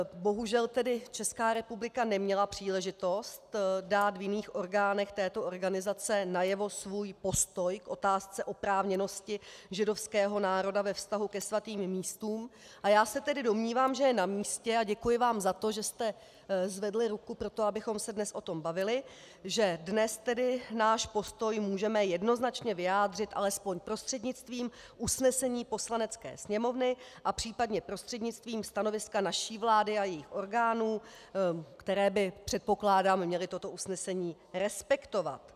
Bohužel tedy Česká republika neměla příležitost dát v jiných orgánech této organizace najevo svůj postoj k otázce oprávněnosti židovského národa ve vztahu ke svatým místům, a já se tedy domnívám, že je namístě a děkuji vám za to, že jste zvedli ruku pro to, abychom se o tom dnes bavili , že dnes tedy náš postoj můžeme jednoznačně vyjádřit alespoň prostřednictvím usnesení Poslanecké sněmovny a případně prostřednictvím stanoviska naší vlády a jejích orgánů, které by, předpokládám, měly toto usnesení respektovat.